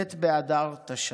ט' באדר תש"ט".